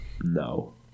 no